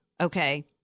Okay